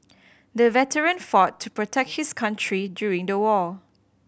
the veteran fought to protect his country during the war